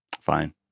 Fine